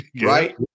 Right